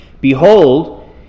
Behold